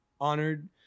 honored